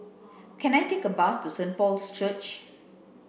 can I take a bus to Saint Paul's Church